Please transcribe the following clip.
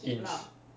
inch